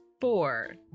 Four